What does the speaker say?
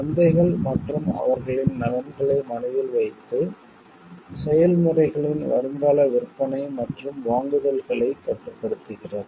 சந்தைகள் மற்றும் அவர்களின் நலன்களை மனதில் வைத்து செயல்முறைகளின் வருங்கால விற்பனை மற்றும் வாங்குதல்களை கட்டுப்படுத்துகிறது